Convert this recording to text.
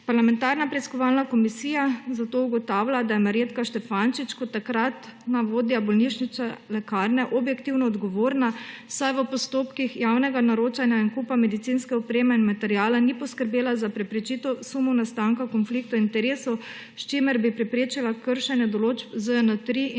Parlamentarna preiskovalna komisija zato ugotavlja, da je Marjetka Štefančič kot takratna vodja bolnišnične lekarne objektivno odgovorna, saj v postopkih javnega naročanja in nakupa medicinske opreme in materiala ni poskrbela za preprečitev sumov nastanka konfliktov interesov, s čimer bi preprečila kršenje določb ZJN-3 in